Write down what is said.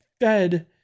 fed